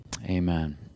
Amen